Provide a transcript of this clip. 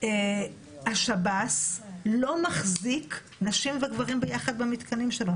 השב"ס לא מחזיק נשים וגברים ביחד במתקנים שלו,